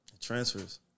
Transfers